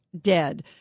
dead